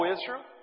Israel